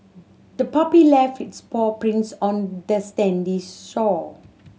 the puppy left its paw prints on the sandy shore